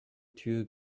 two